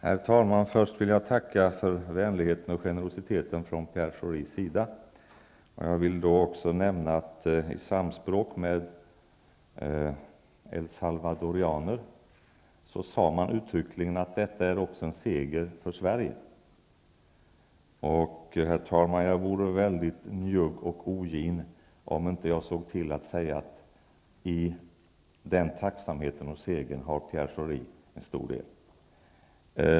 Herr talman! Först vill jag tacka för vänligheten och generositeten från Pierre Schoris sida. Jag vill också nämna att elsalvadorianer i samspråk med mig uttryckligen sade att detta även var en seger för Sverige. Jag vore, herr talman, mycket njugg och ogin om jag inte framhöll att i den tacksamheten och den segern har Pierre Schori en stor del.